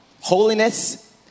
holiness